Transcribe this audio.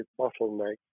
bottleneck